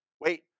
wait